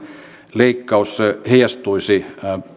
leikkaus heijastuisi